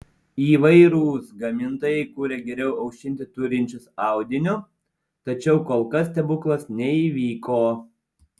įvairūs gamintojai kuria geriau aušinti turinčius audiniu tačiau kol kas stebuklas neįvyko